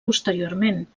posteriorment